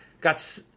got